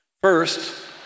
First